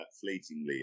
fleetingly